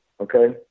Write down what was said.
Okay